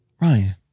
Ryan